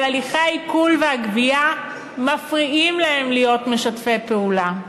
אבל הליכי העיקול והגבייה מפריעים להם להיות משתפי פעולה.